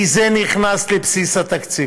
כי זה נכנס לבסיס התקציב,